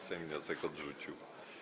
Sejm wniosek odrzucił.